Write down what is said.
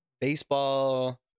baseball